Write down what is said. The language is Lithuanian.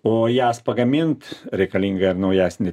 o jas pagamint reikalinga ir naujesnė